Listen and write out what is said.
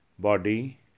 Body